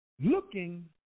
looking